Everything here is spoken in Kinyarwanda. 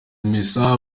misa